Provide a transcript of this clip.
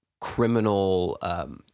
criminal